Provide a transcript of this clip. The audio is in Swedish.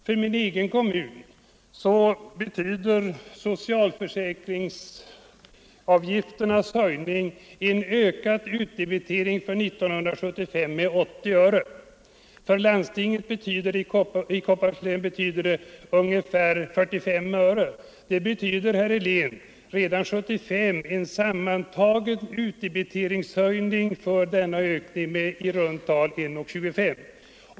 För min egen kommun betyder höjningen av socialförsäkringsavgifterna en ökad utdebitering för år 1975 med 80 öre. För landstinget i Kopparbergs län betyder det 45 öre. Det blir alltså redan 1975 tillsammantaget på grund av denna höjning en utdebiteringshöjning med i runt tal kronor 1:25.